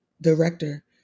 director